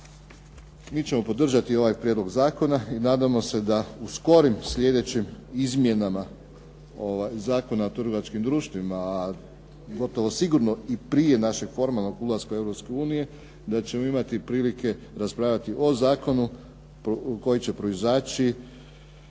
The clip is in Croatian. mi ćemo podržati ovaj prijedlog zakona i nadamo se da u skorim sljedećim izmjenama Zakona o trgovačkim društvima, a gotovo sigurno i prije našeg formalnog ulaska u EU da ćemo imati prilike raspravljati o zakonu koji će proizaći